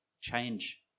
change